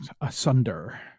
asunder